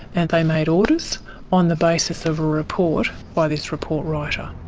and they made orders on the basis of a report by this report writer.